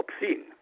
obscene